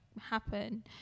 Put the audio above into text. happen